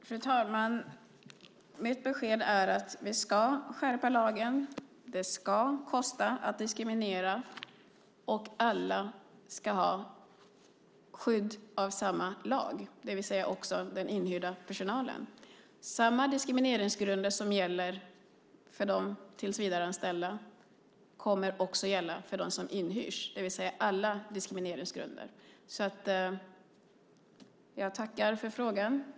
Fru talman! Mitt besked är att vi ska skärpa lagen. Det ska kosta att diskriminera, och alla ska ha skydd av samma lag, det vill säga även den inhyrda personalen. Samma diskrimineringsgrunder som gäller för de tillsvidareanställda kommer att gälla också för dem som inhyrs. Samma diskrimineringsgrunder kommer alltså att gälla för alla. Jag tackar för frågan.